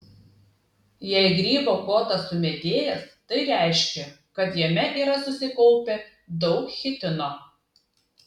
jei grybo kotas sumedėjęs tai reiškia kad jame yra susikaupę daug chitino